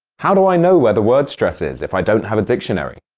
how do i know where the word stress is if i don't have a dictionary?